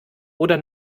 oder